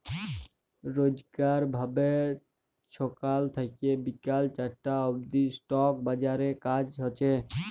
রইজকার ভাবে ছকাল থ্যাইকে বিকাল চারটা অব্দি ইস্টক বাজারে কাজ হছে